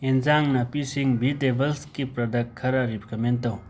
ꯑꯦꯟꯁꯥꯡ ꯅꯥꯄꯤꯁꯤꯡ ꯕꯤꯇꯦꯕꯜꯁꯀꯤ ꯄ꯭ꯔꯗꯛ ꯈꯔ ꯔꯤꯀꯃꯦꯟ ꯇꯧ